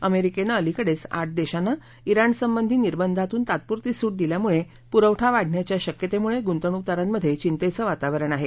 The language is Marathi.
अमेरिकेनं अलिकडेच आठ देशांना इराण संबंधी निर्बंधांतून तात्पुरती सूट दिल्यामुळे पुरवठा वाढण्याच्या शक्यतेमुळे गुंतवणूकदारांमध्ये चिंतेचं वातावरण आहे